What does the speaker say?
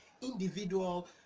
individual